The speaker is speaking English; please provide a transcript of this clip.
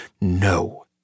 no